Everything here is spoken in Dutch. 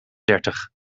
dertig